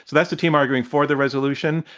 so that's the team arguing for the resolution.